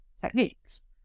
techniques